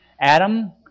Adam